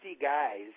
guys